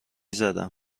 زدم